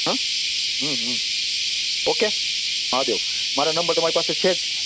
હં હં ઓકે મહાદેવ મારા નંબર તમારી પાસે છે જ